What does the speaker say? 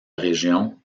région